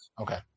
Okay